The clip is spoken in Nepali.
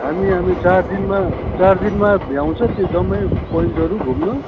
हामी हामी चार दिनमा चारदिनमा भ्याउँछ त्यो जम्मै पोइन्टहरू घुम्नु